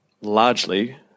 largely